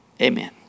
Amen